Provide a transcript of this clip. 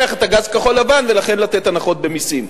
את הגז כחול-לבן ולכן לתת הנחות במסים.